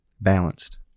balanced